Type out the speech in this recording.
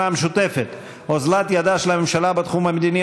המשותפת: אוזלת ידה של הממשלה בתחום המדיני,